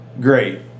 great